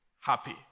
happy